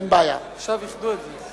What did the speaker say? עכשיו איחדו את זה.